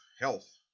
health